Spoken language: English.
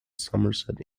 somerset